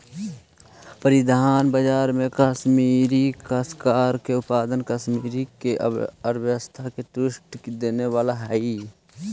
परिधान बाजार में कश्मीरी काश्तकार के उत्पाद कश्मीर के अर्थव्यवस्था के दृढ़ता देवे वाला हई